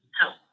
help